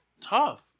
tough